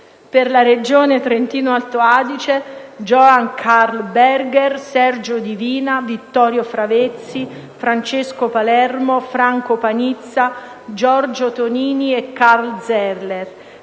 per la Regione Trentino-Alto Adige: